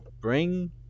Bring